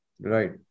Right